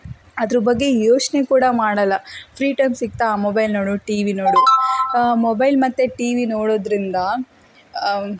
ಅದ್ರ ಬಗ್ಗೆ ಯೋಚನೆ ಕೂಡ ಮಾಡಲ್ಲ ಫ್ರೀ ಟೈಮ್ ಸಿಕ್ತಾ ಮೊಬೈಲ್ ನೋಡು ಟಿವಿ ನೋಡು ಮೊಬೈಲ್ ಮತ್ತು ಟಿವಿ ನೋಡೊದರಿಂದ